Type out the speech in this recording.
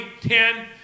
ten